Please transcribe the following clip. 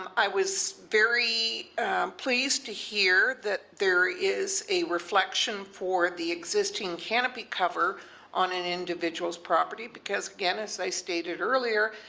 i was very pleased to hear that there is a reflection for the existing canopy cover on an individual's property because, again, as i stated earlier,